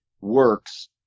works